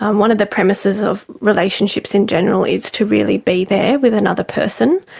um one of the premises of relationships in general is to really be there with another person,